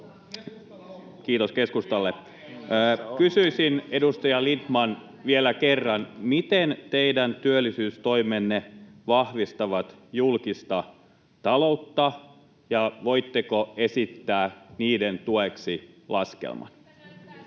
Kiitos keskustalle. — Kysyisin, edustaja Lindtman, vielä kerran: miten teidän työllisyystoimenne vahvistavat julkista taloutta, ja voitteko esittää niiden tueksi laskelman?